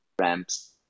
ramps